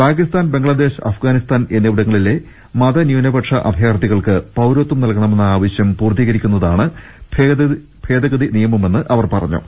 പാകിസ്താൻ ബംഗ്ലാദേശ് അഫ്ഗാനിസ്താൻ എന്നിവിടങ്ങളിലെ മതന്യൂനപ്പക്ഷ അഭയാർഥികൾക്ക് പൌരത്വം നൽകണമെന്ന ആവശ്യം പൂർത്തീകരിക്കുന്നതാണ് ഭേദഗതി നിയ മമെന്ന് അവർ പറഞ്ഞു